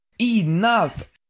ENOUGH